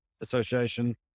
Association